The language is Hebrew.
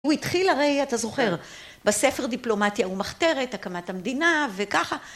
הוא התחיל הרי אתה זוכר, בספר דיפלומטיה ומחתרת, הקמת המדינה וככה.